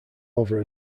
over